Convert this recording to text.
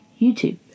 YouTube